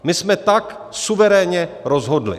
My jsme tak suverénně rozhodli.